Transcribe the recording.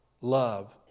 love